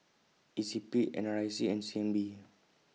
E C P N R I C and C N B